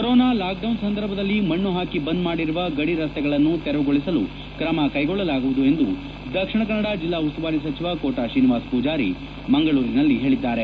corona lockdown ಸಂದರ್ಭದಲ್ಲಿ ಮಣ್ಣು ಹಾಕಿ ಬಂದ್ ಮಾಡಿರುವ ಗಡಿ ರಸ್ತೆಗಳನ್ನು ತೆರವುಗೊಳಿಸಲು ತ್ರಮ ಕ್ಕೆಗೊಳ್ಳಲಾಗುವುದು ಎಂದು ದಕ್ಷಿಣ ಕನ್ನಡ ಜಿಲ್ಲಾ ಉಸ್ತುವಾರಿ ಸಚಿವ ಕೋಟ ಶ್ರೀನಿವಾಸ ಪೂಜಾರಿ ಮಂಗಳೂರಿನಲ್ಲಿ ಹೇಳಿದ್ದಾರೆ